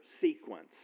sequence